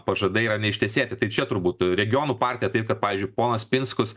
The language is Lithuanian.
pažadai yra neištesėti tai čia turbūt regionų partija tai kad pavyzdžiui ponas pinskus